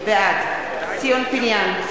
בעד ציון פיניאן,